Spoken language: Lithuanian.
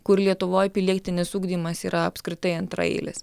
kur lietuvoj pilietinis ugdymas yra apskritai antraeilis